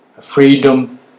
freedom